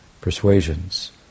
persuasions